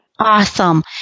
Awesome